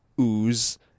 ooze